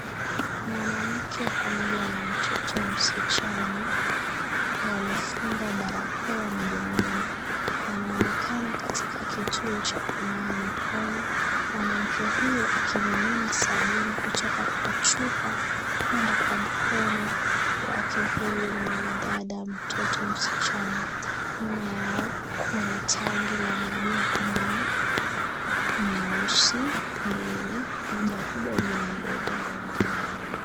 Mwanamke na mtoto msichana walofunga barakoa midomoni wanaonekana katika kituo cha kunawa mikono, mwanamke huyo akimimina sabuni kutoka kwa chupa mwenda kwa mkono wake huyo mwanadada mtoto msichana nyuma yao kuna tanki la maji ya kunawa nyeusi mbili moja kubwa na nyingine ndogo